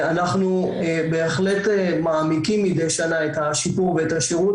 אנחנו בהחלט מעמיקים מידי שנה את השיפור ואת השירות,